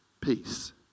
peace